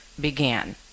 began